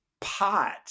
pot